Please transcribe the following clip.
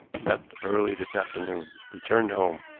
left early this afternoon returned home.